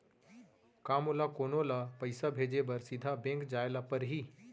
का मोला कोनो ल पइसा भेजे बर सीधा बैंक जाय ला परही?